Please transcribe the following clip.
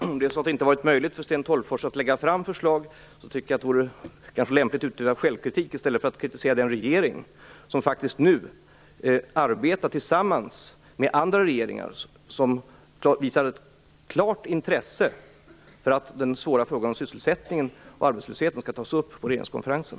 Herr talman! Om det inte har varit möjligt för Sten Tolgfors att lägga fram förslag tycker jag att det vore lämpligt att utöva självkritik i stället för att kritisera den regering som faktiskt nu arbetar tillsammans med andra regeringar som visar ett klart intresse för att den svåra frågan om sysselsättningen och arbetslösheten skall tas upp på regeringskonferensen.